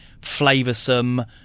flavoursome